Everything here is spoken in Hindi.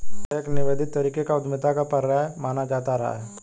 यह एक निवेदित तरीके की उद्यमिता का पर्याय माना जाता रहा है